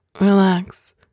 relax